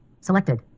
Selected